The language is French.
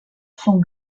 sont